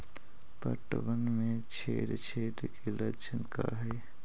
पतबन में छेद छेद के लक्षण का हइ?